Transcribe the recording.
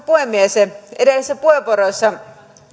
puhemies edellisissä puheenvuoroissa